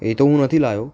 એ તો હું નથી લાવ્યો